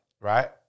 right